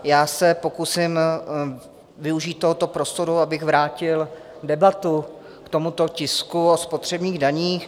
Já se pokusím využít tohoto prostoru, abych vrátil debatu k tomuto tisku o spotřebních daních.